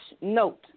note